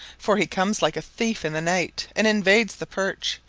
for he comes like a thief in the night and invades the perch,